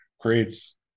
creates